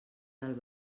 del